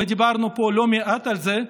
דיברנו פה לא מעט על זה,